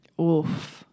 Oof